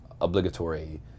obligatory